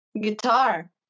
guitar